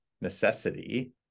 necessity